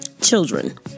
children